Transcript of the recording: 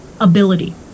ability